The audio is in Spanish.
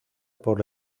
por